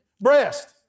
Breast